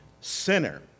sinner